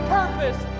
purpose